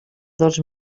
dos